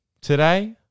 today